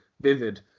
vivid